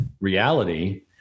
reality